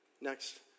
Next